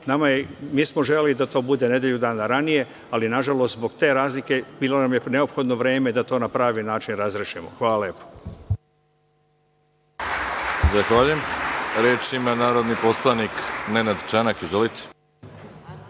Mi smo želeli da to bude nedelju dana ranije, ali nažalost, zbog te razlike bilo nam je neophodno vreme da to na pravi način razrešimo. Hvala. **Veroljub Arsić** Zahvaljujem. Reč ima narodni poslanik Nenad Čanak.